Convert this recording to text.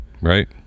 right